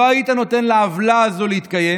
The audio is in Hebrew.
לא היית נותן לעוולה הזאת להתקיים.